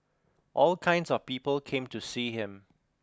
all kinds of people came to see him